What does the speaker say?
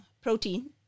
protein